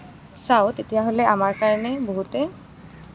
চাওঁ তেতিয়াহ'লে আমাৰ কাৰণে বহুতে